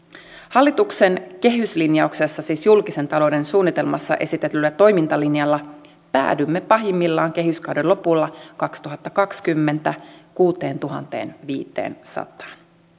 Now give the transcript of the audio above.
hallituksen kehyslinjauksessa siis julkisen talouden suunnitelmassa esitetyllä toimintalinjalla päädymme kehyskauden lopulla kaksituhattakaksikymmentä pahimmillaan kuuteentuhanteenviiteensataan